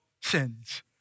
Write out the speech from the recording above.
sins